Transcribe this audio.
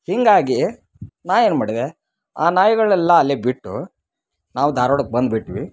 ಹೀಗಾಗಿ ನಾನು ಏನ್ಮಾಡಿದೆ ಆ ನಾಯಿಗಳೆಲ್ಲ ಅಲ್ಲೇ ಬಿಟ್ಟು ನಾವು ಧಾರವಾಡಕ್ಕೆ ಬಂದ್ಬಿಟ್ವಿ